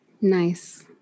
Nice